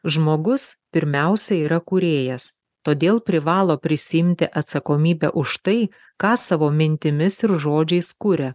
žmogus pirmiausia yra kūrėjas todėl privalo prisiimti atsakomybę už tai ką savo mintimis ir žodžiais kuria